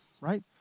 right